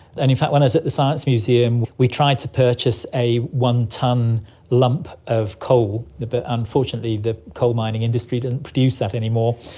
and in fact when i was at the science museum we tried to purchase a one-tonne lump of coal, but unfortunately the coal mining industry didn't produce that anymore,